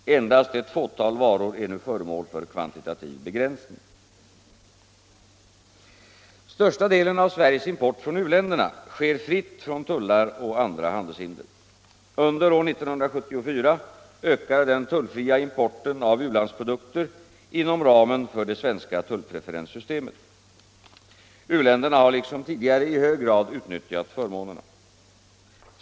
Endast ett fåtal varor är nu föremål för kvantitativ begränsning. Största delen av Sveriges import från u-länderna sker fritt från tullar och andra handelshinder. Under år 1974 ökade den tullfria importen av u-landsprodukter inom ramen för det svenska tullpreferenssystemet. U länderna har liksom tidigare i hög grad utnyttjat förmånerna.